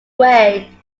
way